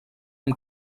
amb